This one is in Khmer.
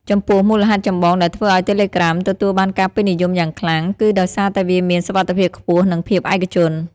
ចំពោះ មូលហេតុចម្បងដែលធ្វើឱ្យតេឡេក្រាមទទួលបានការពេញនិយមយ៉ាងខ្លាំង គឺដោយសារតែវាមាន សុវត្ថិភាពខ្ពស់ និងភាពឯកជន។